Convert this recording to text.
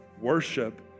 worship